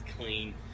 clean